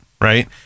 right